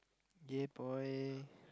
!yay! boy